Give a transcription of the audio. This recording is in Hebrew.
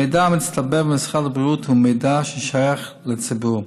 המידע המצטבר במשרד הבריאות הוא מידע ששייך לציבור.